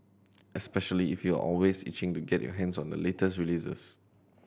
especially if you're always itching to get your hands on the latest releases